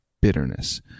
bitterness